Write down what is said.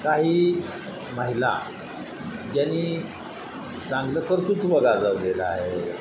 काही महिला ज्यांनी चांगलं कर्तृत्व गाजवलेलं आहे